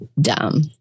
dumb